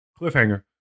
Cliffhanger